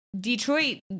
Detroit